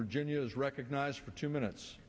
virginia is recognized for two minutes